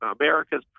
America's